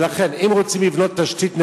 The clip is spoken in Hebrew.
ולכן, אם רוצים לבנות תשתית נכונה,